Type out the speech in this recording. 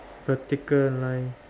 vertical line